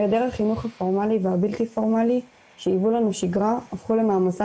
היעדר החינוך הפורמלי והבלתי פורמלי שהיוו לנו שגרה הפכו למעמסה